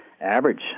average